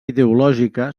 ideològica